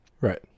Right